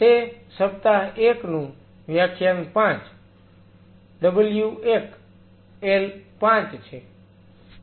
તે સપ્તાહ 1 નું વ્યાખ્યાન 5 W1L5 છે